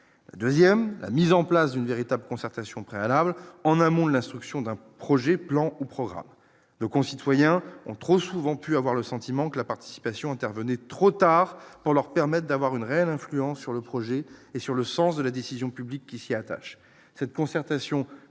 projet 2ème la mise en place d'une véritable concertation préalables en amont de l'instruction d'un projet plan au programme, nos concitoyens ont trop souvent pu avoir le sentiment que la participation intervenait trop tard pour leur permettent d'avoir une réelle influence sur le projet et sur le sens de la décision publique qui s'y attachent,